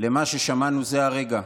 למה ששמענו זה הרגע.